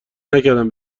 نکردم